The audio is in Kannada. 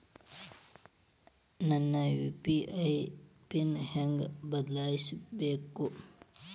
ನನ್ನ ಯು.ಪಿ.ಐ ಪಿನ್ ಹೆಂಗ್ ಬದ್ಲಾಯಿಸ್ಬೇಕು?